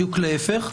בדיוק להפך.